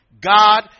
God